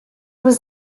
was